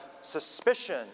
suspicion